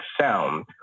sound